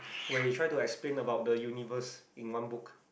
where he tried to explain about the universe in one book